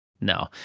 no